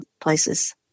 places